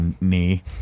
knee